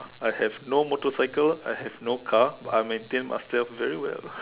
I have no motorcycle I have no car but I maintain myself very well